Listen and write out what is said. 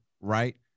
right